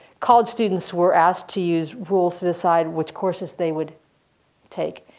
college students were asked to use rules to decide which courses they would take.